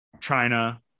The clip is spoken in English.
China